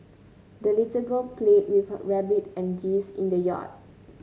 the little girl played with her rabbit and geese in the yard